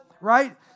right